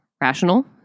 rational